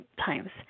times